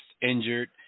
injured